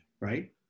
Right